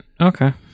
Okay